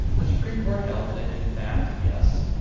the supreme court held that, in fact, yes,